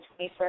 21st